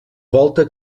volta